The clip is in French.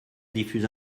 diffuse